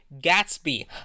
gatsby